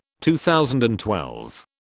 2012